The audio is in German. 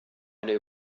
eine